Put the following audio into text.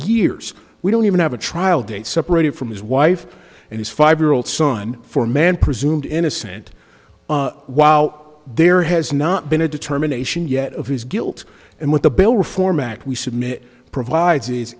years we don't even have a trial date separated from his wife and his five year old son for a man presumed innocent while there has not been a determination yet of his guilt and what the bail reform act we submit provides is